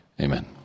Amen